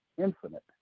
infinite